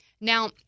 Now